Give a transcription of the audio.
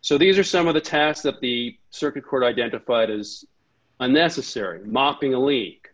so these are some of the tasks of the circuit court identified as a necessary mopping a leak